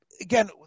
again